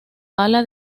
ala